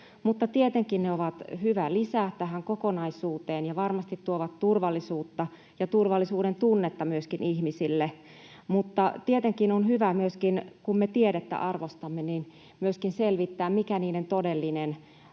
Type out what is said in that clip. tietenkin ne ovat hyvä lisä tähän kokonaisuuteen ja varmasti tuovat turvallisuutta ja myöskin turvallisuudentunnetta ihmisille. Tietenkin on hyvä — kun me tiedettä arvostamme — myöskin selvittää, mikä niiden todellinen